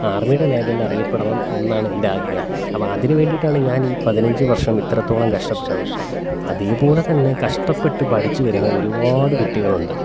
ആർമ്മിയുടെ ലേബലിലറിയപ്പെടണം എന്നാണെൻറ്റാഗ്രഹം അപ്പം അതിനു വേണ്ടിയിട്ടാണ് ഞാനീ പതിനഞ്ച് വർഷം ഇത്രത്തോളം കഷ്ടപ്പെട്ടത് അതേപോലെതന്നെ കഷ്ടപ്പെട്ടു പഠിച്ചു വരുന്ന ഒരുപാട് കുട്ടികളുണ്ട്